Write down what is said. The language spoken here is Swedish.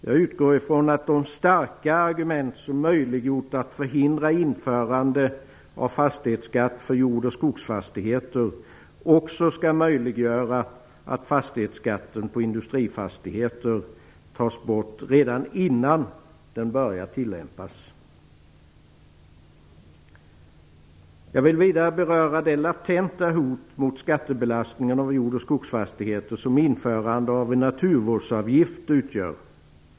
Jag utgår från att de starka argument som möjliggjort att införandet av fastighetsskatt för jord och skogsfastigheter förhindrades också skall möjliggöra att fastighetsskatten på industrifastigheter tas bort redan innan den börjat tillämpas. Jag vill vidare beröra det latenta hot mot skattebelastningen av jord och skogsfastigheter som införande av en naturvårdsavgift utgör.